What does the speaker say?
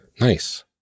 Nice